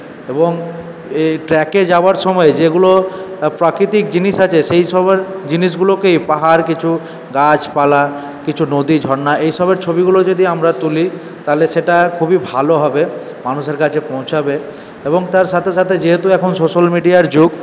এবং এই ট্র্যাকে যাওয়ার সময় যেগুলো প্রাকৃতিক জিনিস আছে সেইসবের জিনিসগুলোকে পাহাড় কিছু গাছপালা কিছু নদী ঝর্ণা এইসবের ছবিগুলো যদি আমরা তুলি তাহলে সেটা খুবই ভালো হবে মানুষদের কাছে পৌঁছাবে এবং তার সাথে সাথে যেহেতু এখন সোশ্যাল মিডিয়ার যুগ